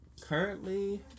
Currently